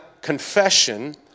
confession